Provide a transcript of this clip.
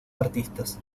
artistas